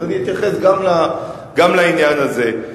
אז אני אתייחס גם לעניין הזה.